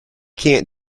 can’t